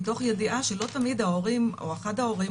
מתוך ידיעה שלא תמיד ההורים או אחד ההורים